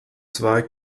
zwei